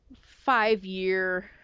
five-year